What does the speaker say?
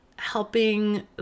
Helping